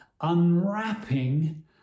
Unwrapping